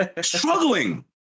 struggling